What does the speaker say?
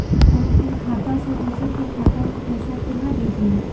हम अपन खाता से दोसर के खाता में पैसा केना भेजिए?